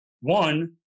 one